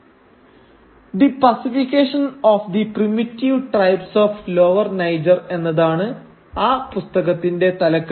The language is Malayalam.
'the pacification of the primitive tribes of lower Niger' എന്നതാണ് ആ പുസ്തകത്തിന്റെ തലക്കെട്ട്